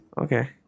Okay